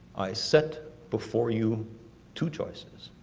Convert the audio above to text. i set before you two choices